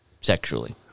sexually